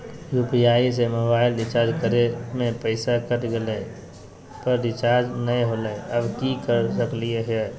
UPI से mobile recharge करे में पैसा कट गेलई, पर रिचार्ज नई होलई, अब की कर सकली हई?